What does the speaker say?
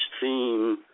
theme